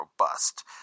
robust